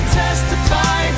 testify